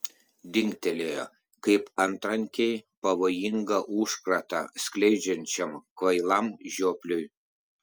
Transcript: dingtelėjo kaip antrankiai pavojingą užkratą skleidžiančiam kvailam žiopliui